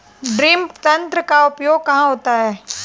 Drip तंत्र का उपयोग कहाँ होता है?